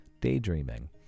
Daydreaming